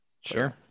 Sure